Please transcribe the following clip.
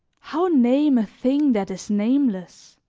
how name a thing that is nameless?